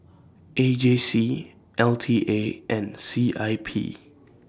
A J C L T A and C I P